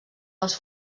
les